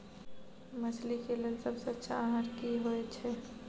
मछली के लेल सबसे अच्छा आहार की होय छै?